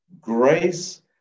grace